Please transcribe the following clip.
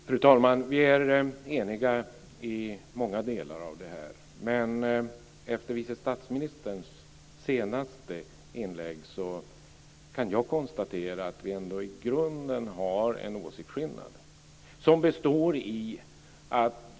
Fru talman! Vi är eniga i många delar, men efter vice statsministerns senaste inlägg kan jag konstatera att vi i grunden ändå har en åsiktsskillnad.